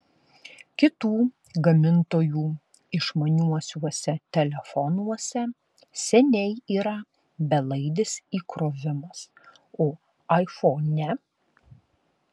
kitų gamintojų išmaniuosiuose telefonuose seniai yra belaidis įkrovimas o aifone